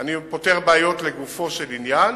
אני פותר בעיות לגופו של עניין.